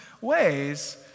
ways